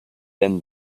then